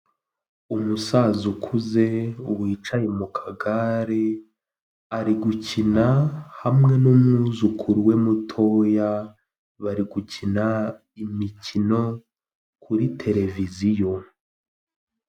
Umusaza ukuze wicaye mu kagare ari gukina hamwe n'umwuzukuru we mutoya bari gukina imikino kuri tereviziyo.